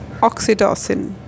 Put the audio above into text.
oxytocin